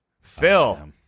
Phil